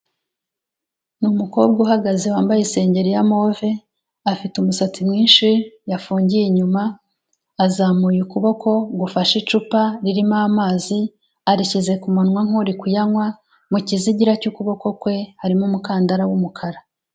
Ni umukobwa uhagaze wambaye isengeri ya move, afite umusatsi mwinshi yafungiye inyuma, azamuye ukuboko gufashe icupa ririmo amazi, arishyize ku munwa nk'uri kuyanywa, mu kizigira cy'ukuboko kwe harimo umukandara w'umukara.